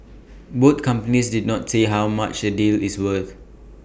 both companies did not say how much the deal is worth